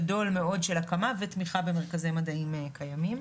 גדול מאוד של הקמה ותמיכה במרכזי מדעים קיימים.